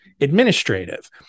administrative